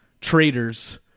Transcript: traitors